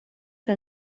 que